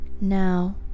now